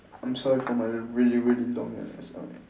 I'm sorry for my really really long ass story